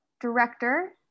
director